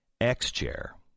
X-Chair